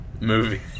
movie